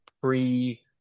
pre